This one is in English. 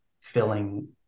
filling